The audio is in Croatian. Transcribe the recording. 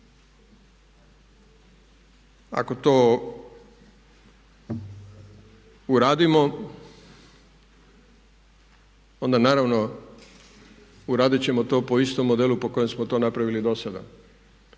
Ako to uradimo, onda naravno uradit ćemo to po istom modelu po kojem smo to napravili dosada.